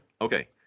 Okay